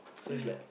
ya